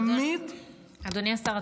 אדוני השר,